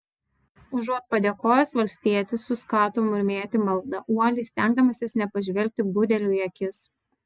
užuot padėkojęs valstietis suskato murmėti maldą uoliai stengdamasis nepažvelgti budeliui į akis